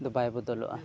ᱟᱫᱚ ᱵᱟᱭ ᱵᱚᱫᱚᱞᱚᱜᱼᱟ